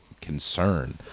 concern